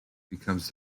becomes